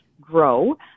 grow